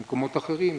אחרות.